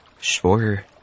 Sure